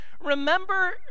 remember